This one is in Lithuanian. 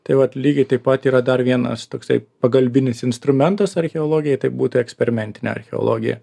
tai vat lygiai taip pat yra dar vienas toksai pagalbinis instrumentas archeologijai tai būtų eksperimentinė archeologija